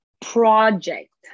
project